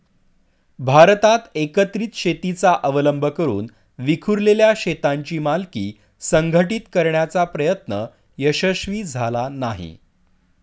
भारतात एकत्रित शेतीचा अवलंब करून विखुरलेल्या शेतांची मालकी संघटित करण्याचा प्रयत्न यशस्वी झाला नाही